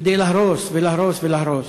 כדי להרוס ולהרוס ולהרוס.